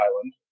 island